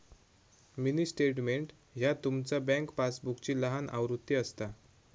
mini statement ह्या तुमचा bank पासबुकची लहान आवृत्ती असता